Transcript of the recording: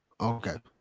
Okay